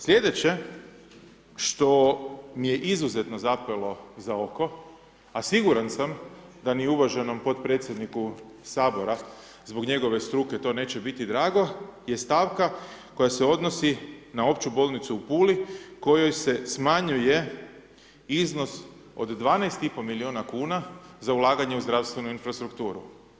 Sljedeće što mi je izuzetno zapelo za oko, a siguran sam, da ni uvaženom podpredsjedniku Sabora, zbog njegove struke to neće biti drago, je stavka koja se odnosi na Opću bolnicu u Puli, kojoj se smanjuje iznos od 12,5 milijuna kuna za ulaganje u zdravstvenu infrastrukturu.